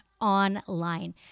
online